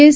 S